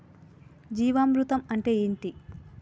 జీవామృతం అంటే ఏంటి?